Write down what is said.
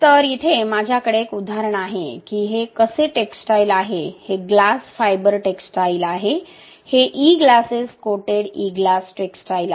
तर इथे माझ्याकडे एक उदाहरण आहे की हे कसे टेक्सटाईलआहे हे ग्लास फायबर टेक्सटाईलआहे हे E glasses coated E glass textile आहेत